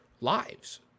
lives